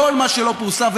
כל מה שלא פורסם.